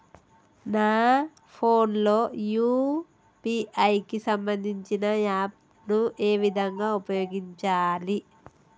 నా ఫోన్ లో యూ.పీ.ఐ కి సంబందించిన యాప్ ను ఏ విధంగా ఉపయోగించాలి?